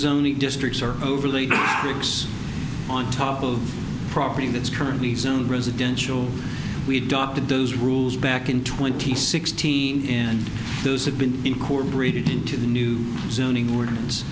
only districts are overly complex on top of property that's currently zone residential we docked at those rule back in twenty sixteen and those have been incorporated into the new zoning ordinance